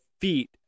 feet